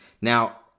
Now